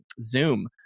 zoom